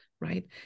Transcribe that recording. right